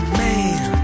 man